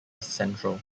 central